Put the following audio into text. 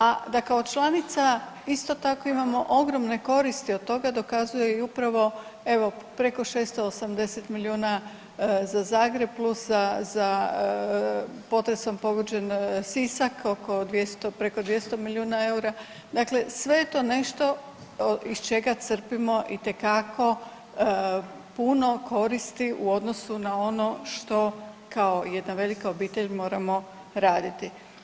A da kao članica isto tako imamo ogromne koristi od toga dokazuje i upravo evo preko 680 milijuna za Zagreb plus za, za potresom pogođen Sisak oko 200, preko 200 milijuna EUR-a, dakle sve je to nešto iz čega crpimo itekako puno koristi u odnosu na ono što kao jedna velika obitelj moramo raditi.